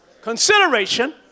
consideration